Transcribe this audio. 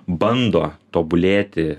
bando tobulėti